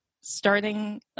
starting